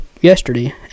yesterday